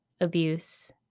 abuse